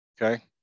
okay